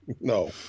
No